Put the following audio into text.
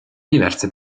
diverse